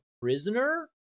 prisoner